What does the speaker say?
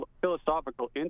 philosophical